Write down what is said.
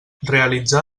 realitzar